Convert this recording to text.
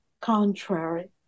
Contrary